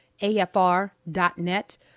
AFR.net